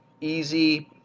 easy